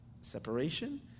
separation